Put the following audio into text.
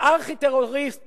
הארכי-טרוריסט